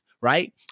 Right